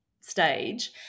stage